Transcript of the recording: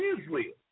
Israel